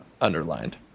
Underlined